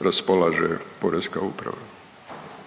raspolaže poreska uprava?